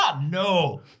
No